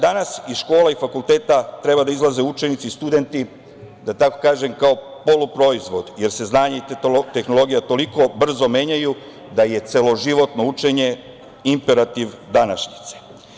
Danas iz škole i fakulteta treba da izlaze učenici i studenti, da tako kažem, kao polu proizvod jer se znanje i tehnologija toliko brzo menjaju da je celoživotno učenje imperativ današnjice.